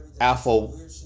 alpha